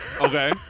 Okay